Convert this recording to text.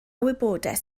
wybodaeth